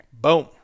Boom